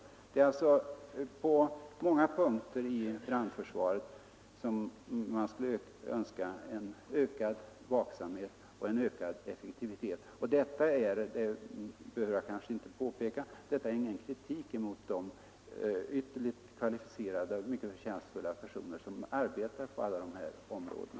Det är alltså på många punkter inom brandförsvaret man skulle önska en ökad vaksamhet och effektivitet. Detta är inte, det behöver jag kanske inte påpeka, någon kritik mot de ytterligt kvalificerade och mycket förtjänstfulla personer som arbetar på dessa områden.